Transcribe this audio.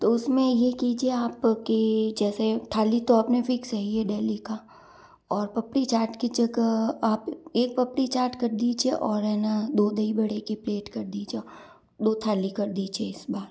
तो उस में यह कीजिए आप कि जैसे थाली तो अपनी फिक्स है ही डेली का और पपड़ी चाट की जगह आप एक पपड़ी चाट कर दीजिए और है ना दो दही बड़े की प्लेट कर दीजिए दो थाली कर दीजिए इस बार